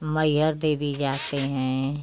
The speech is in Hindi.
मैहर देवी जाते हैं